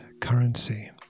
currency